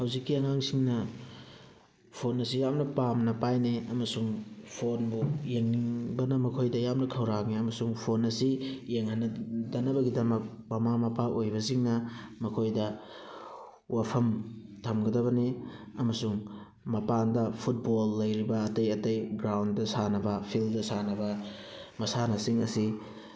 ꯍꯧꯖꯤꯛꯀꯤ ꯑꯉꯥꯡꯁꯤꯡꯅ ꯐꯣꯟ ꯑꯁꯤ ꯌꯥꯝꯅ ꯄꯥꯝꯅ ꯄꯥꯏꯅꯩ ꯑꯃꯁꯨꯡ ꯐꯣꯟꯕꯨ ꯌꯦꯡꯅꯤꯡꯕꯅ ꯃꯈꯣꯏꯗ ꯌꯥꯝꯅ ꯈꯧꯔꯥꯡꯉꯤ ꯑꯃꯁꯨꯡ ꯐꯣꯟ ꯑꯁꯤ ꯌꯦꯡꯍꯟꯗꯅꯕꯒꯤꯗꯃꯛ ꯃꯃꯥ ꯃꯄꯥ ꯑꯣꯏꯕꯁꯤꯡꯅ ꯃꯈꯣꯏꯗ ꯋꯥꯐꯝ ꯊꯝꯒꯗꯕꯅꯤ ꯑꯃꯁꯨꯡ ꯃꯄꯥꯟꯗ ꯐꯨꯠꯕꯣꯜ ꯂꯩꯔꯤꯕ ꯑꯇꯩ ꯑꯇꯩ ꯒ꯭ꯔꯥꯎꯟꯗ ꯁꯥꯟꯅꯕ ꯐꯤꯜꯗ ꯁꯥꯟꯅꯕ ꯃꯁꯥꯟꯅꯁꯤꯡ ꯑꯁꯤ